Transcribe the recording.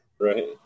right